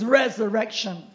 resurrection